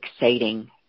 exciting